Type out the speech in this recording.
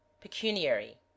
Pecuniary